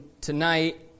tonight